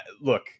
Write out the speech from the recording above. Look